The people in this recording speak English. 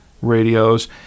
radios